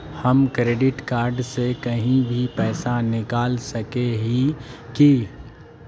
हम credit card से कहीं भी पैसा निकल सके हिये की?